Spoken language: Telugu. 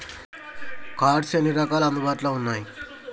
కార్డ్స్ ఎన్ని రకాలు అందుబాటులో ఉన్నయి?